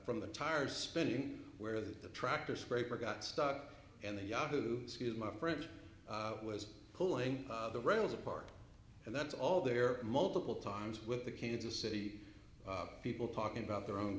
from the tire spinning where the tractor scraper got stuck and the yahoo is my friend was pulling the rails apart and that's all there multiple times with the kansas city people talking about their own